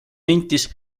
nentis